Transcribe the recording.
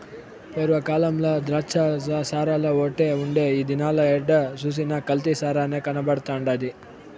పూర్వ కాలంల ద్రాచ్చసారాఓటే ఉండే ఈ దినాల ఏడ సూసినా కల్తీ సారనే కనబడతండాది